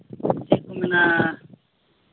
ᱪᱮᱫ ᱠᱚ ᱢᱮᱱᱟ